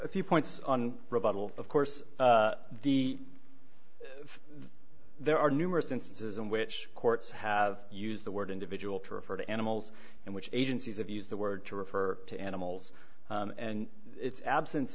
a few points on rebuttal of course the there are numerous instances in which courts have used the word individual to refer to animals and which agencies have used the word to refer to animals and its absence